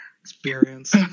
experience